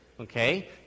okay